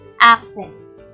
access